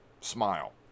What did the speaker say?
Smile